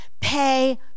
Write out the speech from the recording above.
pay